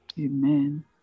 Amen